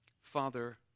Father